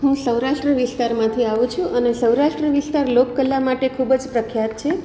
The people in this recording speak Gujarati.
હુ સૌરાષ્ટ્ર વિસ્તારમાંથી આવું છું અને સૌરાષ્ટ્ર વિસ્તાર લોકકલા માટે ખૂબ જ પ્રખ્યાત છે